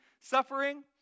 suffering